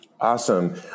Awesome